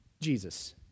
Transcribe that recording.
Jesus